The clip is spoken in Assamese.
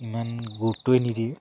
ইমান গুৰুত্বয়ে নিদিয়ে